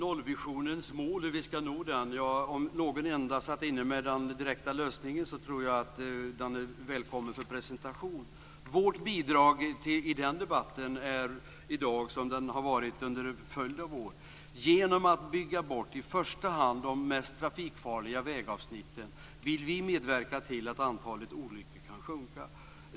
Fru talman! Hur ska vi nå målet om nollvisionen? Den som sitter med lösningen är välkommen att presentera den. Vårt bidrag i den debatten är i dag detsamma som det har varit under en följd av år, dvs. genom att bygga bort i första hand de mest trafikfarliga vägavsnitten vill vi medverka till att antalet olyckor kan sjunka.